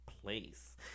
place